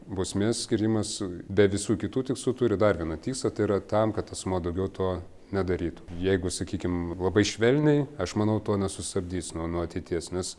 bausmės skyrimas su be visų kitų tikslų turi dar vieną tikslą tai yra tam kad asmuo daugiau to nedarytų jeigu sakykim labai švelniai aš manau to nesustabdys nuo nuo ateities nes